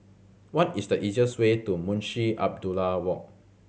what is the easiest way to Munshi Abdullah Walk